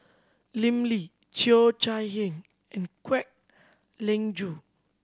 Lim Lee Cheo Chai Hiang and Kwek Leng Joo